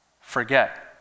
forget